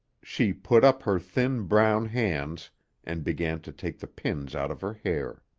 she put up her thin, brown hands and began to take the pins out of her hair.